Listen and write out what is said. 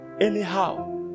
anyhow